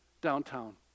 downtown